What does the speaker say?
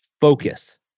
focus